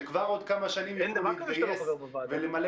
שכבר עוד כמה שנים יוכלו להתגייס ולמלא